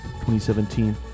2017